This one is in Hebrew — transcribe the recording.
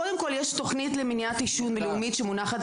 קודם כל יש תוכנית למניעת עישון לאומית שמונחת